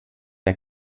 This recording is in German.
der